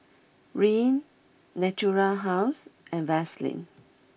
Rene Natura House and Vaselin